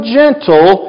gentle